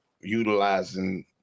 utilizing